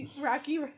Rocky